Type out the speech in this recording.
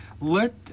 let